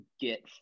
get